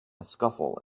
scuffle